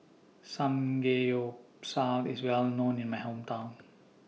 Samgeyopsal IS Well known in My Hometown